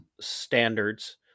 standards